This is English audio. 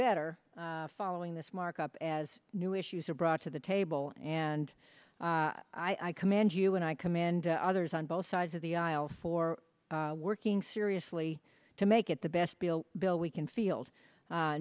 better following this markup as new issues are brought to the table and i commend you and i commend others on both sides of the aisle for working seriously to make it the best bill bill we can field